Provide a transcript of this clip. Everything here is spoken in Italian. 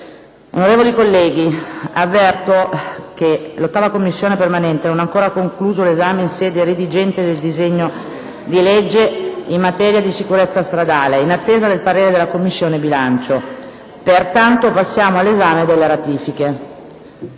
Onorevoli colleghi, avverto che l'8a Commissione permanente non ha ancora concluso l'esame in sede redigente del disegno di legge in materia di sicurezza stradale, in attesa del parere della Commissione bilancio. Pertanto, procederemo all'esame dei disegni